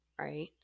right